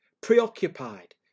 preoccupied